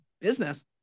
business